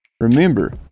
Remember